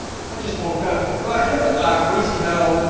i just woke up greasy, no